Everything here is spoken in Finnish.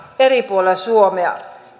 eri puolilla suomea